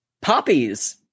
Poppies